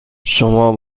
شما